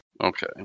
Okay